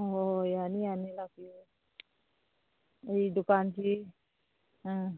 ꯑꯣ ꯌꯥꯅꯤ ꯌꯥꯅꯤ ꯂꯥꯛꯄꯤꯌꯨ ꯑꯩ ꯗꯨꯀꯥꯟꯁꯤ ꯑꯥ